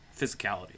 physicality